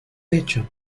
pecho